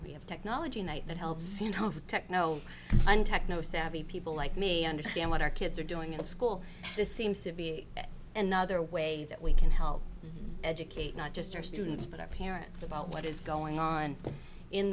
we have technology night that helps seen how the techno and techno savvy people like me understand what our kids are doing at school this seems to be another way that we can help educate not just our students but our parents about what is going on in